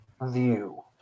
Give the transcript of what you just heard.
view